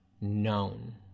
known